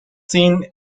seen